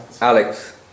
Alex